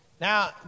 Now